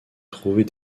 trouver